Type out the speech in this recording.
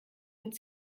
mit